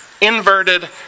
inverted